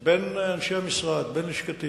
בין אנשי המשרד, בין לשכתי